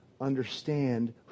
understand